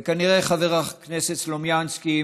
וכנראה חבר הכנסת סלומינסקי,